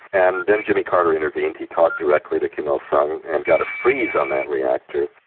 and then jimmy carter intervened he talked directly to kim il-sung, and got a freeze on that reactor.